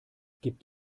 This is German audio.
gibt